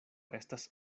estas